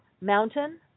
mountain